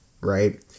right